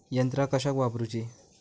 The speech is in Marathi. यंत्रा कशाक वापुरूची?